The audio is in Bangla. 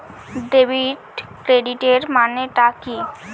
ডেবিট ক্রেডিটের মানে টা কি?